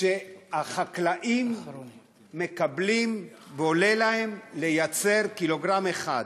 החקלאים מקבלים ועולה להם לייצר, קילוגרם אחד.